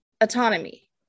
autonomy